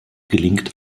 gelingt